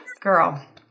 girl